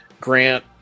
Grant